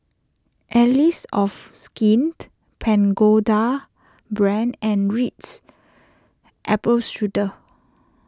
Allies of Skint Pagoda Brand and Ritz Apple Strudel